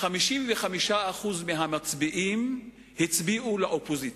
55% מהמצביעים הצביעו לאופוזיציה.